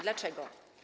Dlaczego?